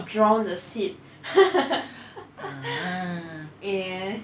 drown the seed ya